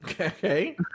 Okay